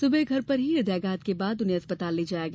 सुबह घर पर ही हृदयाघात के बाद उन्हें अस्पताल ले जाया गया